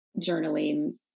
journaling